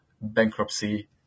bankruptcy